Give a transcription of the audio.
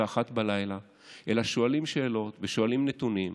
ו-01:00 אלא שואלים שאלות ושואלים נתונים.